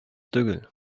түгел